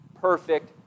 perfect